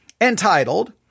entitled